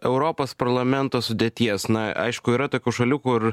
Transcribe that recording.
europos parlamento sudėties na aišku yra tokių šalių kur